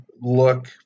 look